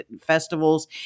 festivals